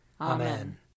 Amen